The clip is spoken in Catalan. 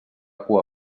cua